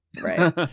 Right